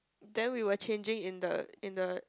then we were changing in the in the